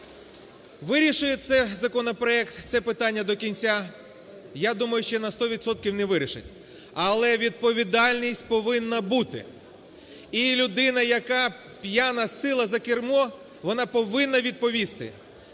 вирішить цей законопроект це питання до кінця? Я думаю, що на сто відсотків не вирішить. Але відповідальність повинна бути. І людина, яка п'яна сіла за кермо, вона повинна відповісти.